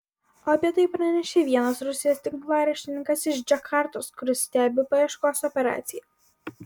apie tai pranešė vienas rusijos tinklaraštininkas iš džakartos kuris stebi paieškos operaciją